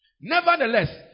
Nevertheless